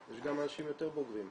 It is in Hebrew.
יש גם אנשים יותר בוגרים.